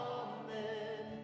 amen